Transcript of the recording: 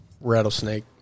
Rattlesnake